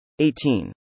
18